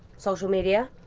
social media.